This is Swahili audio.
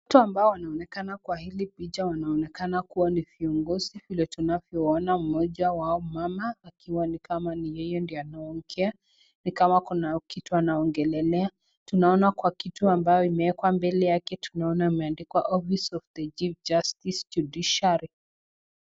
Watu ambao wanaonekana kwa hili picha inaonekana kua ni viongozi vile tunavyoona mmoja wao mama akiwa nikama ni yeye ndio anaongea ni kama kitu wanaongelelea. Tunaona kwa kitu ambayo imeekwa mbele yake tunaona imeandikwa office of the Chief justice judiciary .